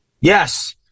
Yes